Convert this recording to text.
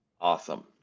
Awesome